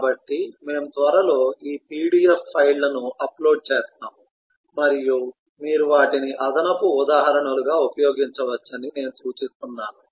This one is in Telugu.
కాబట్టి మేము త్వరలో ఈ pdf ఫైళ్ళను అప్లోడ్ చేస్తాము మరియు మీరు వాటిని అదనపు ఉదాహరణలుగా ఉపయోగించవచ్చని నేను సూచిస్తున్నాను